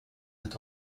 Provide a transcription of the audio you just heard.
sind